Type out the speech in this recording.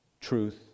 truth